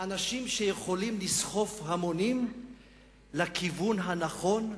אנשים שיכולים לסחוף המונים לכיוון הנכון,